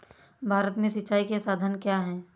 भारत में सिंचाई के साधन क्या है?